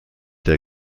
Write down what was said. der